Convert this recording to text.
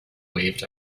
waved